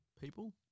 people